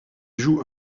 joue